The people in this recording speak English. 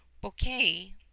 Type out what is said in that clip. Bouquet